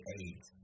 eight